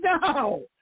No